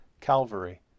Calvary